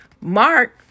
Mark